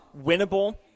winnable